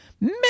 Man